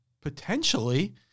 potentially